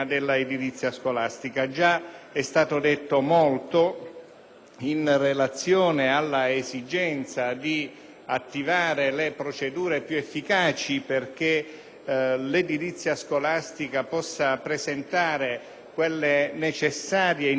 in relazione all'esigenza di attivare le procedure più efficaci perché l'edilizia scolastica possa presentare quelle necessarie e indispensabili garanzie di stabilità e di sicurezza,